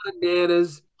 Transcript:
bananas